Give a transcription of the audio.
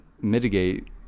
mitigate